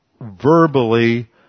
verbally